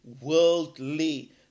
worldly